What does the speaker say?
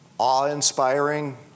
awe-inspiring